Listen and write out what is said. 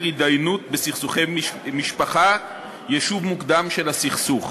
התדיינויות בסכסוכי משפחה (יישוב מוקדם של הסכסוך).